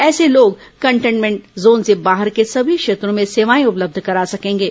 ऐसे लोग containment zone से बाहर के सभी क्षेत्रों में सेवाए उपलब्ध करा सकेंगे